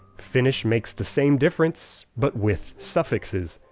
finnish makes the same difference but with suffixes.